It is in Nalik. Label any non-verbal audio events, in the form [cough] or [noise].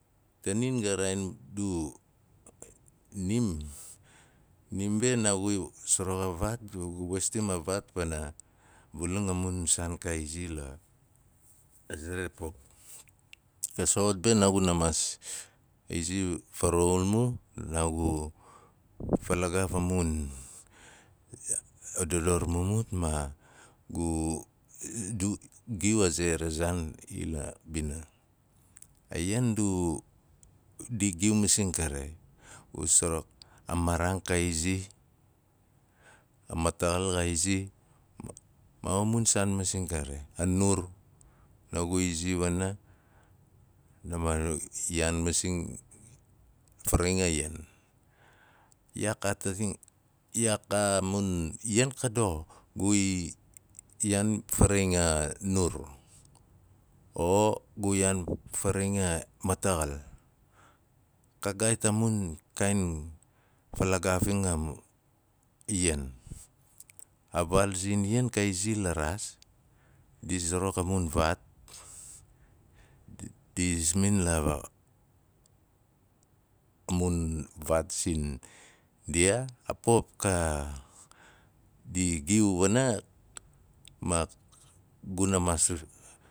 Tanin gu raain du, nim, nim, be naagu sarax a vaat, naagu weistam a vaat pana wulang a mun saan ka izi la a za non pop. Ga soxot be naaguna maas a izi varaxulmul naagu falagaaf a dador mumut ma du gu [hesitation] giu a ze ra zaan ila bina. A ian adu di giu masing gu suruk a maaraang ka izi, a malaxal xa izi, ma a mun saan masing kari, a nur naagu izi wana [unintelligible] yaan masing faraxin a ian. Iyaaak at- aating, iyaak a mun ian ka doxo, gui yaan faraxin a nur o gu iyaan faraxin a mataxal. Ka gaat a mun fala gaafang a mun ian. A vaal zin ian ka izi la raas, di zarak a mun vaat, di smin la a mun faat sindiaa, a pop ka, di giu wana ma guna maas.